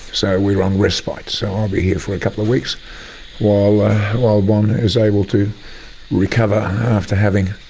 so we are on respite. so i'll be here for a couple of weeks while while bon is able to recover after having